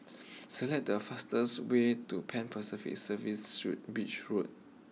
select the fastest way to Pan Pacific Serviced Suites Beach Road